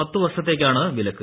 പത്ത് വർഷത്തേക്കാണ് വിലക്ക്